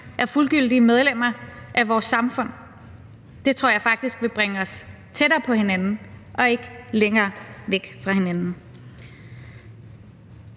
er fuldgyldige medlemmer af vores samfund. Det tror jeg faktisk vil bringe os tættere på hinanden og ikke længere væk fra hinanden.